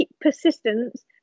persistence